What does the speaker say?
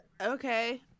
Okay